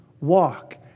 Walk